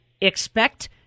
expect